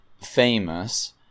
famous